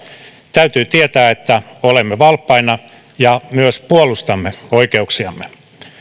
täytyy tietää että olemme valppaina ja myös puolustamme oikeuksiamme